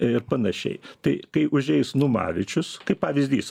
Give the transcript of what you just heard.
ir panašiai tai kai užeis numavičius kaip pavyzdys